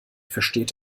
versteht